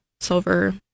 silver